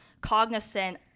cognizant